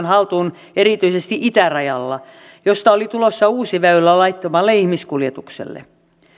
haltuun erityisesti itärajalla josta oli tulossa uusi väylä laittomalle ihmiskuljetukselle